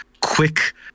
quick